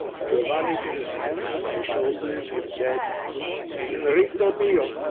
giovanni put his hands on my shoulders and said enrico mio!